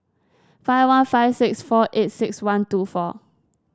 five one five six four eight six one two four